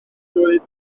blwydd